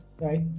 right